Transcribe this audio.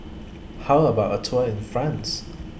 How about A Tour in France